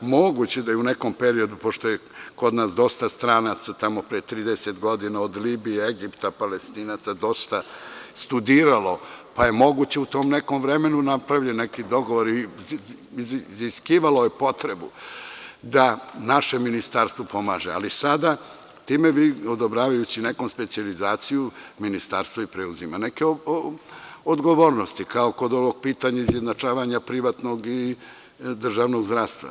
Moguće da je u nekom periodu, pošto je kod nas dosta stranaca pre 30 godina, od Libije, Egipta, Palestine, studiralo, pa je moguće da je u tom nekom periodu napravljen neki dogovor i iziskivalo je potrebu da naše ministarstvo pomaže, ali time odobravajući nekom specijalizaciju ministarstvo preuzima neku odgovornost, kao kod ovog pitanja izjednačavanja privatnog i državnog zdravstva.